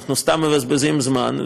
אנחנו סתם מבזבזים זמן,